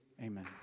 amen